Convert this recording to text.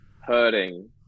hurting